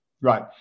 Right